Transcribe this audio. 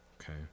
Okay